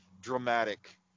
dramatic